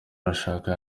uwashaka